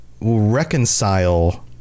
reconcile